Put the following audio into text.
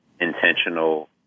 intentional